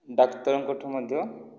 ଡାକ୍ତରଙ୍କଠାରୁ ମଧ୍ୟ